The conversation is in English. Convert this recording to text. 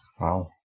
Wow